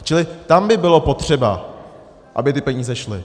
Čili tam by bylo potřeba, aby ty peníze šly.